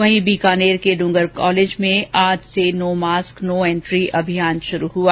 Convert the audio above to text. वहीं बीकानेर के ड्रंगर कॉलेज में आज से नो मास्क नो एन्ट्री अभियान शुरू हुआ